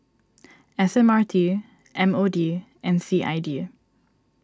S M R T M O D and C I D